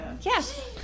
Yes